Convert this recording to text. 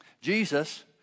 Jesus